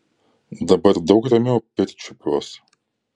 dabar daug ramiau pirčiupiuos